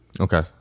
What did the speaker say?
Okay